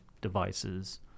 devices